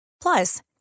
Plus